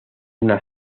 una